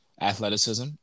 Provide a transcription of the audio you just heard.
athleticism